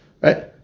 Right